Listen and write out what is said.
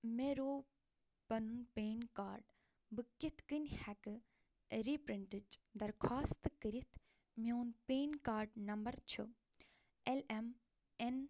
مےٚ روو پنُن پین کارڈ بہٕ کِتھ کٔنۍ ہیٚکہٕ رِپرٛنٹٕچ درخوٛاست کٔرتھ میٚون پین کارڈُک نمبر چھُ ایٚل ایٚم ایٚن